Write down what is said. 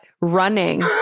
running